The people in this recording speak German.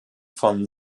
von